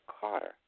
Carter